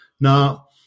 Now